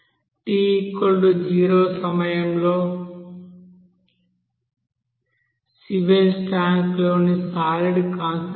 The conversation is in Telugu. t0 సమయంలో సివెజ్ ట్యాంక్ లోని సాలిడ్ కాన్సంట్రేషన్ ఎంత